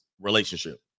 relationship